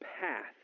path